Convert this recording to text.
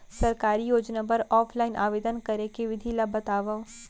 सरकारी योजना बर ऑफलाइन आवेदन करे के विधि ला बतावव